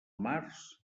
març